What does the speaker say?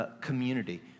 community